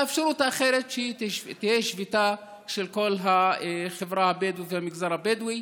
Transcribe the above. האפשרות האחרת היא שתהיה שביתה של כל החברה הבדואית והמגזר הבדואי.